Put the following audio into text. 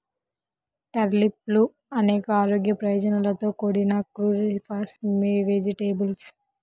టర్నిప్లు అనేక ఆరోగ్య ప్రయోజనాలతో కూడిన క్రూసిఫరస్ వెజిటేబుల్